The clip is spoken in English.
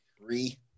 three